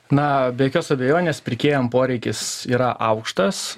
na be jokios abejonės pirkėjam poreikis yra aukštas